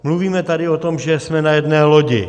Mluvíme tady o tom, že jsme na jedné lodi.